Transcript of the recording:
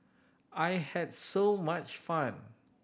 I had so much fun